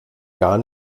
gar